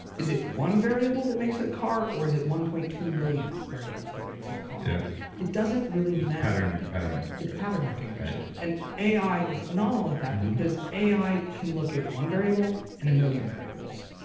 is it one variable that makes it a car or is it one point two million variables that makes it a car? yep it doesn't really matter it's and pattern recognition it's pattern recognition. and ai is phenomenal at that because ai can look at one variable and a million variables.